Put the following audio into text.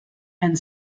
and